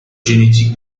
génétique